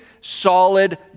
solid